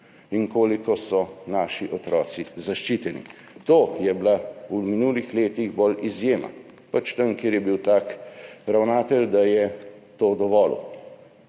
in koliko so naši otroci zaščiteni. To je bila v minulih letih bolj izjema – tam, kjer je bil tak ravnatelj, da je to dovolil,